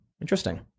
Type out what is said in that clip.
Interesting